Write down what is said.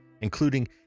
including